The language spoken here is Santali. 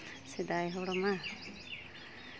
ᱥᱮᱫᱟᱭ ᱦᱚᱲ ᱢᱟ